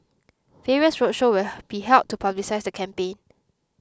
various roadshows will be held to publicise the campaign